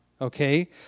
Okay